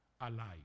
alive